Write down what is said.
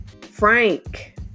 frank